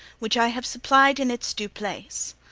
which i have supplied in its due place.